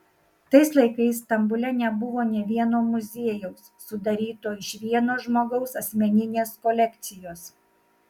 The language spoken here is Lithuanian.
tais laikais stambule nebuvo nė vieno muziejaus sudaryto iš vieno žmogaus asmeninės kolekcijos